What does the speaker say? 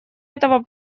этого